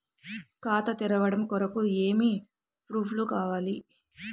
ఖాతా తెరవడం కొరకు ఏమి ప్రూఫ్లు కావాలి?